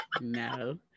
no